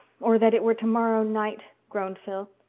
or that it were tomorrow night, groaned phil.